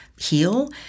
heal